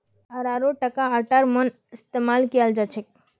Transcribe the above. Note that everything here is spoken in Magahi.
अरारोटका आटार मन इस्तमाल कियाल जाछेक